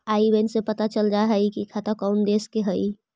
आई बैन से पता चल जा हई कि खाता कउन देश के हई